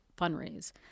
fundraise